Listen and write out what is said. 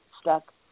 stuck